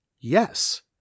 Yes